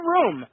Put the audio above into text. Room